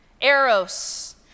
eros